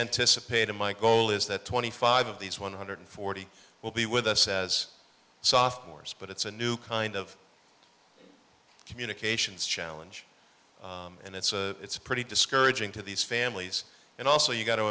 anticipate in my goal is that twenty five of these one hundred forty will be with us as sophomores but it's a new kind of communications challenge and it's a it's pretty discouraging to these families and also you got to